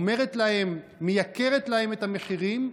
מייקרת להם את המחירים,